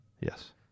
Yes